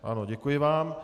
Ano, děkuji vám.